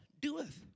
doeth